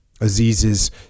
Aziz's